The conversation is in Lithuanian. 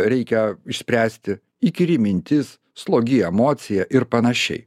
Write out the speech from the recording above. reikia išspręsti įkyri mintis slogi emocija ir panašiai